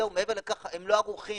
זהו, מעבר לכך הם לא ערוכים.